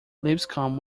lipscomb